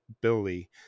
Billy